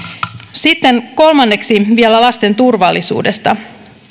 sitten kolmanneksi vielä lasten turvallisuudesta